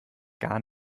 gar